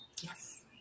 Yes